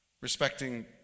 respecting